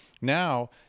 now